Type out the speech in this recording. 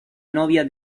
novia